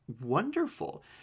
wonderful